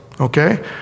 Okay